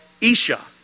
Isha